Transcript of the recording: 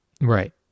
Right